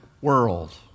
world